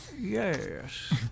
Yes